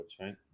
right